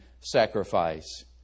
sacrifice